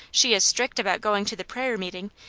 she is strict about going to the prayer-meeting,